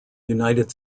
united